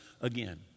again